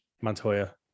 Montoya